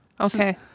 Okay